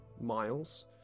miles